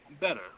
better